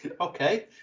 Okay